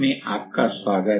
नमस्ते